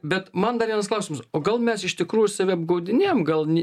bet man dar vienas klausimas o gal mes iš tikrųjų save apgaudinėjam gal ni